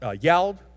yelled